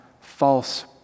false